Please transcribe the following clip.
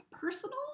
personal